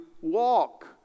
walk